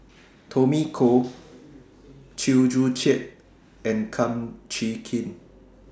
Tommy Koh Chew Joo Chiat and Kum Chee Kin